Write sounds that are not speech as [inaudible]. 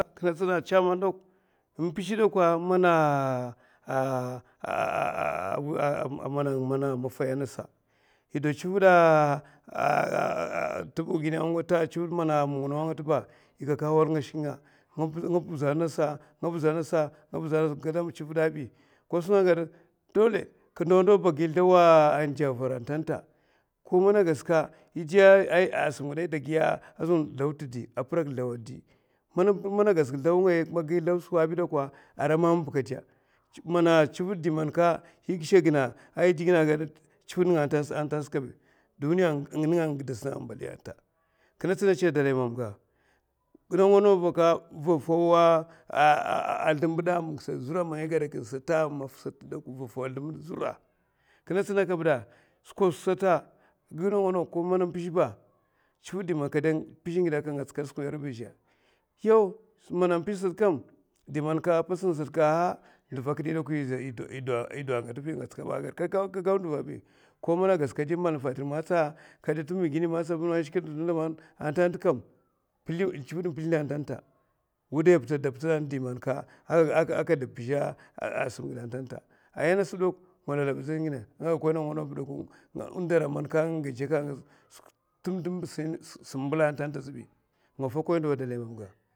Kinè tsina chaman kam mpizhè chaman mana a [hesitation] maffay a ngasa. yè do a chivid [hesitation] tumbungini angata a chivid a manguno ausa. yè gaka war nga shik nga nga puzo ngasa nga buzo ngasa nga gaka wahala nga shiknga, kaun dolè kir ndawa ndawa ba agi zlau n'ɗè avar antanta ko man agasa yè ayida gi skwi ngidè aka a purak zlau adi. man nara man zlau skwa bi dakwa ko mana mama ɓè kadè. chivid nènga anta sèkabi duniya a gudasna antanata, kinè tsina kèdè dalay mamga ndawa ndawa bè ka vuna fau zlèmbad akinè tsina zura, skwi sat aman a mafa sata va fau zlèmbad zura. ko mana mpizhè ba chivid dèman aka dè man aka ngatska skwa a riy ba azhè, ah ndava akidi yè goda do yè ngatska skwa riy, ko man gas kadè tumbungini magatsa kadè malfatari magatsa, tunda man chivid mpizlè na antanataamana angasa ba. ko nawa ba sam mbèla aza asabi nga fokoy ndava adalaymam ga